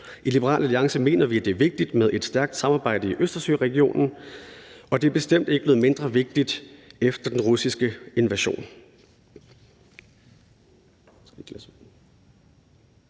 I Liberal Alliance mener vi, det er vigtigt med et stærkt samarbejde i Østersøregionen, og det er bestemt ikke blevet mindre vigtigt efter den russiske invasion.